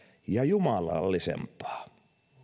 ja jumalallisempaa